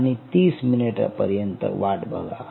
आणि तीस मिनिटं पर्यंत वाट बघा